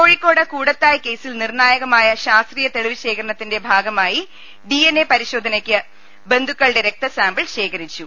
കോഴിക്കോട് കൂടത്തായ് കേസിൽ നിർണായകമായ ശാസ്ത്രീയ തെളിവ് ശേഖരണത്തിന്റെ ഭാഗമായി ഡി എൻ എ പരിശോധനക്ക് ബന്ധുക്കളുടെ രക്തസാമ്പിൾ ശേഖരിച്ചു